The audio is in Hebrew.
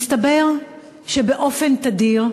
מסתבר שבאופן תדיר,